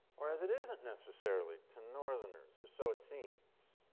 whereas it it isn't necessarily to northerners, or so it seems.